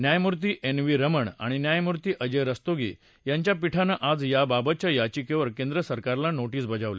न्यायमूर्ती N V Ramana आणि न्यायमूर्ती अजय रस्तोगी यांच्या पीठानं आज याबाबतच्या याचिकेवर केंद्रसरकारला नोटिस बजावली